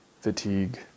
fatigue